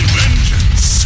vengeance